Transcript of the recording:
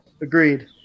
Agreed